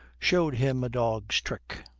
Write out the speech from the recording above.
showed him a dog's trick,